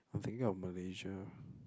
I'm thinking of Malaysia